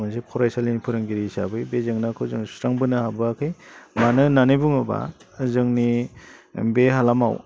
मोनसे फरायसालिनि फोरोंगिरि हिसाबै बे जेंनाखौ जों सुस्रांबोनो हाबोआखै मानो होन्नानै बुङोब्ला जोंनि बे हालामाव